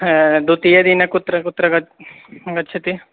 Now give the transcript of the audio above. हा द्वितीयदिने कुत्र कुत्र गच् गच्छति